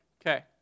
Okay